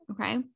okay